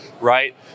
right